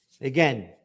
Again